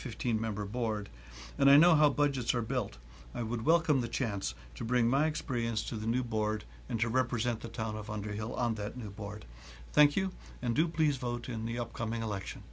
fifteen member board and i know how budgets are built i would welcome the chance to bring my experience to the new board and to represent the town of underhill on that new board thank you and do please vote in the upcoming election